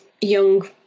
young